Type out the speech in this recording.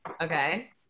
okay